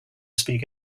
speak